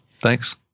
thanks